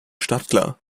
startklar